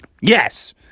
yes